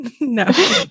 no